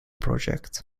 project